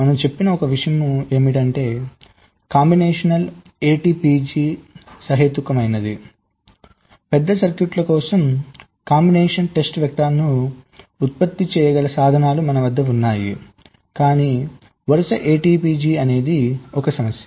మనము చెప్పినా ఒక విషయం ఏమిటంటే కాంబినేషన్ ATPG సహేతుకమైనదని పెద్ద సర్క్యూట్ల కోసం కాంబినేషన్ టెస్ట్ వెక్టర్స్ను ఉత్పత్తి చేయగల సాధనాలు మన వద్ద ఉన్నాయి కాని వరుస ATPG అనేది ఒక సమస్య